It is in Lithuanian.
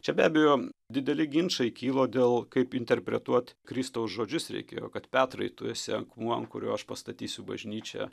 čia be abejo dideli ginčai kilo dėl kaip interpretuot kristaus žodžius reikėjo kad petrai tu esi akmuo ant kurio aš pastatysiu bažnyčią